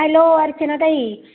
hello अर्चनाताई